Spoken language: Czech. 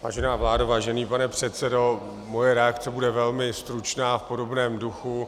Vážená vládo, vážený pane předsedo, moje reakce bude velmi stručná a v podobném duchu.